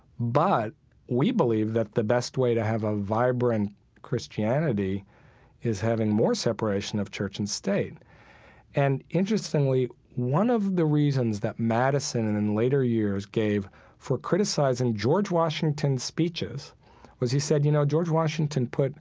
but we believe that the best way to have a vibrant christianity is having more separation of church and state and interestingly one of the reasons that madison, and in later years, gave for criticizing george washington's speeches was he said, you know, george washington put